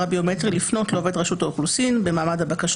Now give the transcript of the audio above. הביומטרי לפנות לעובד רשות האוכלוסין במעמד הבקשה